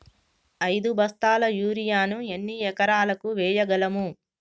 ఐదు బస్తాల యూరియా ను ఎన్ని ఎకరాలకు వేయగలము?